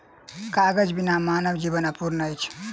कागज बिना मानव जीवन अपूर्ण अछि